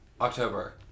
October